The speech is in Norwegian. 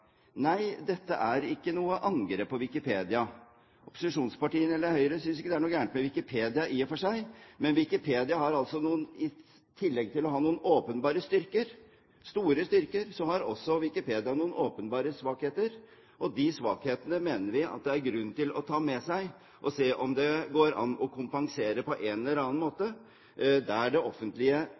Opposisjonspartiene, med Høyre, synes ikke det er noe galt med Wikipedia i og for seg. Men i tillegg til å ha noen åpenbare styrker, store styrker, har også Wikipedia noen åpenbare svakheter, og de svakhetene mener vi det er grunn til å ta med seg og se om det går an å kompensere på en eller annen måte, der det offentlige